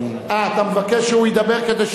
מה שמבקשים ממנו, שידבר לאט כדי שנבין.